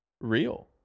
real